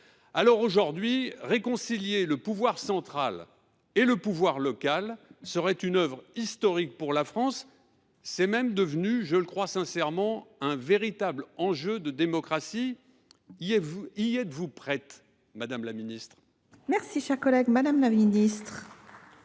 Dans ce contexte, réconcilier le pouvoir central et le pouvoir local serait une œuvre historique pour la France. C’est même devenu – je le crois sincèrement – un véritable enjeu de démocratie. Y êtes vous prête, madame la ministre ? La parole est à Mme la ministre.